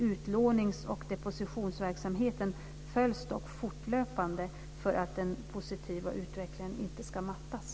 Utlåningsoch depositionsverksamheten följs dock fortlöpande för att den positiva utvecklingen inte ska mattas.